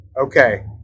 Okay